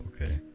okay